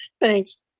Thanks